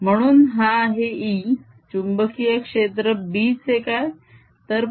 म्हणून हा आहे E चुंबकीय क्षेत्र B चे काय